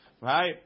Right